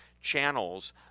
channels